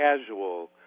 casual